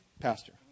pastor